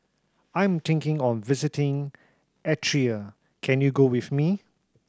I'm thinking of visiting Eritrea can you go with me